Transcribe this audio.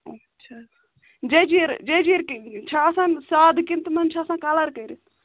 اَچھا جٔجیٖر جٔجیٖر تہِ چھا آسان سَادٕ کِنہٕ تِمَن چھُ آسان کَلر کٔرِتھ